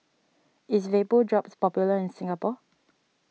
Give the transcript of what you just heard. is Vapodrops popular in Singapore